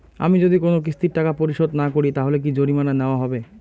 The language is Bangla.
আমি যদি কোন কিস্তির টাকা পরিশোধ না করি তাহলে কি জরিমানা নেওয়া হবে?